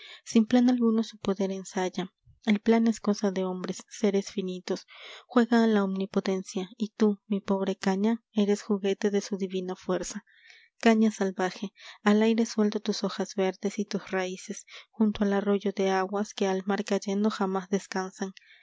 plan alguno su poder ensaya el pian es cosa de hombres seres finitos juega a la omnipotencia y tú mi pobre caña eres juguete de su divina fuerza caña salvaje al aire suelto tus hojas verdes y tus raíces junto al arroyo de aguas que al mar cayendo jamás descansan